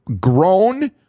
grown